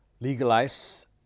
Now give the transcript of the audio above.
legalize